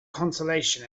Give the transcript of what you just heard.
consolation